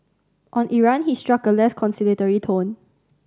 on Iran he struck a less conciliatory tone